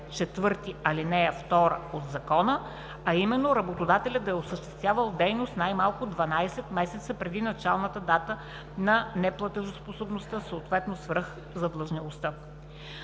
чл. 4, ал. 2 от Закона, а именно работодателят да е осъществявал дейност най-малко 12 месеца преди началната дата на неплатежоспособността, съответно свръхзадлъжнялостта.